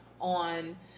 on